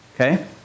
Okay